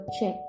check